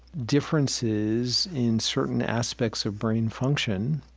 differences in certain aspects of brain function.